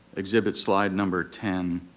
exhibit slide number ten,